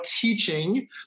teaching